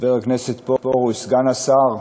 חבר הכנסת פרוש, סגן השר,